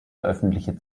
öffentliche